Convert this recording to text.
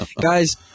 guys